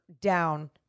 down